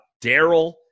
Daryl